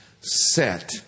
set